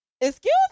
Excuse